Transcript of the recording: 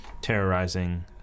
terrorizing